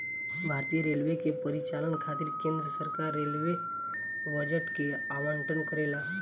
भारतीय रेलवे के परिचालन खातिर केंद्र सरकार रेलवे बजट के आवंटन करेला